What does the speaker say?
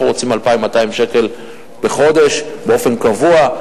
אנחנו רוצים 2,200 שקל בחודש באופן קבוע.